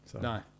no